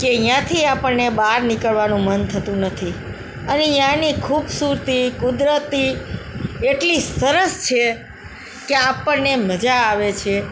કે ત્યાંથી આપણને બહાર નીકળવાનું મન થતું નથી અને ત્યાંની ખૂબસુરતી કુદરતી એટલી સરસ છે કે આપણને મજા આવે છે